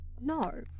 No